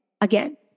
again